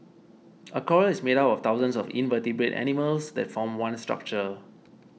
a coral is made up of thousands of invertebrate animals that form one structure